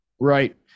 right